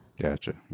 Gotcha